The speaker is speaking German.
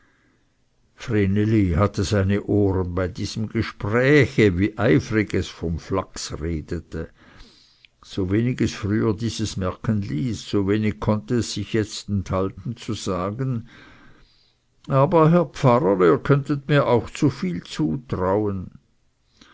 hatte seine ohren bei diesem gespräche wie eifrig es vom flachs redete so wenig es früher dieses merken ließ so wenig konnte es sich jetzt enthalten zu sagen aber herr pfarrer ihr könntet nur auch zu viel zutrauen